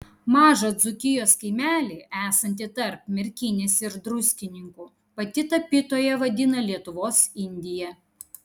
mažą dzūkijos kaimelį esantį tarp merkinės ir druskininkų pati tapytoja vadina lietuvos indija